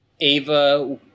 Ava